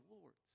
Lord's